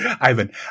Ivan